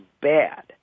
bad